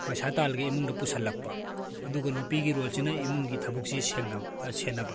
ꯄꯩꯁꯥ ꯇꯥꯜꯂꯒ ꯏꯃꯨꯡꯗ ꯄꯨꯁꯤꯜꯂꯛꯄ ꯑꯗꯨꯒ ꯅꯨꯄꯤꯒꯤ ꯔꯣꯜꯁꯤꯅ ꯏꯃꯨꯡꯒꯤ ꯊꯕꯛꯁꯤ ꯁꯦꯟꯅꯕ